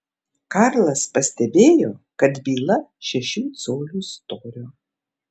karlas pastebėjo kad byla šešių colių storio